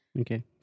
Okay